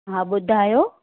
हा ॿुधायो